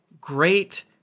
great